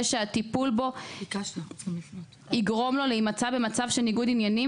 שהטיפול בו יגרום לו להימצא במצב של ניגוד עניינים,